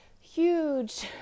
huge